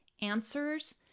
answers